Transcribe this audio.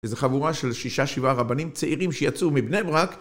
איזו חבורה של שישה שבעה רבנים צעירים שיצאו מבני ברק